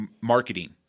marketing